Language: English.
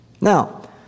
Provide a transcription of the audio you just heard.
Now